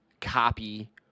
copy